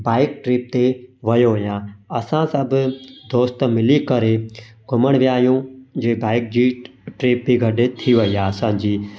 bike trip ते वयो हुया असां सभु दोस्त मिली करे घुमणु विया आहियूं जे बाइक जी ट्रिप बि गॾु थी वई आहे असांजी